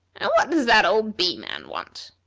and what does that old bee-man want?